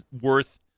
worth –